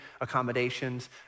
accommodations